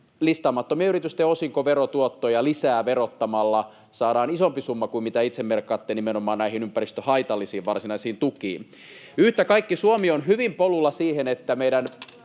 listaamattomien yritysten osinkoverotuottoja lisää verottamalla saadaan isompi summa kuin mitä itse merkkaatte nimenomaan näihin ympäristöhaitallisiin varsinaisiin tukiin. Yhtä kaikki: Suomi on hyvin polulla siihen, että meidän